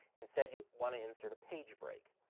instead, you want to insert a page break.